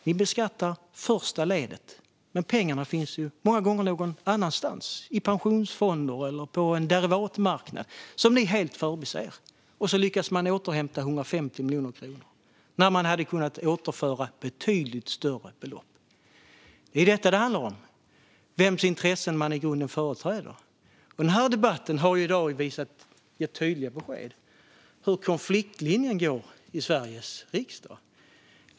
Ni beskattar första ledet. Men pengarna finns ju många gånger någon annanstans, i pensionsfonder eller på en derivatmarknad, vilket ni helt förbiser. Och så lyckas ni återhämta 150 miljoner kronor, när man hade kunnat återföra betydligt större belopp. Det är detta det handlar om - vems intressen man i grunden företräder. Den här debatten har i dag gett tydliga besked i hur konfliktlinjen går i Sveriges riksdag.